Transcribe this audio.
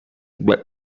but